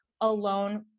alone